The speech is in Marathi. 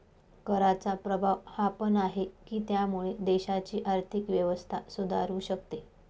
कराचा प्रभाव हा पण आहे, की त्यामुळे देशाची आर्थिक व्यवस्था सुधारू शकते